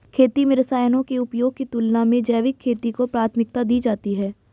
खेती में रसायनों के उपयोग की तुलना में जैविक खेती को प्राथमिकता दी जाती है